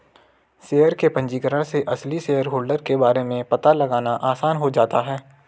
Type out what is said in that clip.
share के पंजीकरण से असली शेयरहोल्डर के बारे में पता लगाना आसान हो जाता है